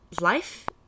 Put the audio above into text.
life